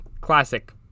classic